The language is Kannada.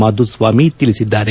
ಮಾಧುಸ್ವಾಮಿ ತಿಳಿಸಿದ್ದಾರೆ